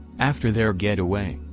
after their getaway,